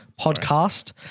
podcast